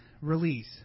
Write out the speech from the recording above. release